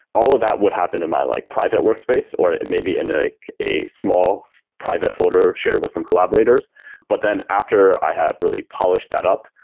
all of that would happen in my like private workspace, or it may be in ah like a small private folder shared with some collaborators but then after i have really polished that up,